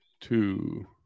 two